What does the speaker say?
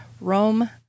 Rome